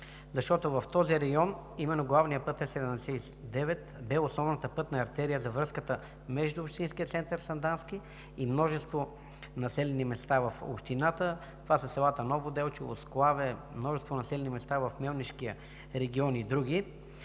В този район главен път Е-79 бе основната пътна артерия за връзката между общинския център Сандански и множество населени места в общината – селата Ново Делчево, Склаве, множество населени места в Мелнишкия регион и други.